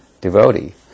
devotee